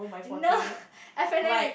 no F and N